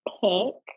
pick